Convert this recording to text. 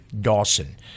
Dawson